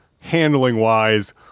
handling-wise